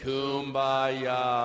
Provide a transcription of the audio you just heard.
Kumbaya